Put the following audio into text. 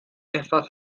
احساس